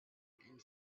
and